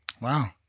Wow